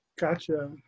gotcha